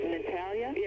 Natalia